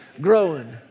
growing